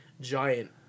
giant